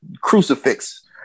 crucifix